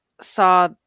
saw